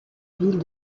ville